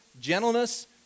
gentleness